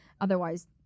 Otherwise